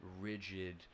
rigid